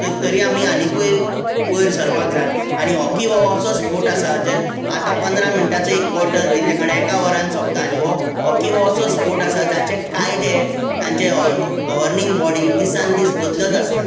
तरी आमी आनीकूय वयर सरपाक जाय आनी हॉकी हो असो स्पोर्ट आसा जे आतां पंदरा मिणटांचो एक कोर्टर दिल्ले कारणान एका वरान सोंपता आनी हॉकी हो असो स्पोर्ट आसा जाचे कायदे तांचे गव्हर्नींग बोडी दिसान दीस बदलत आसता